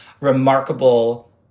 remarkable